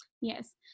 Yes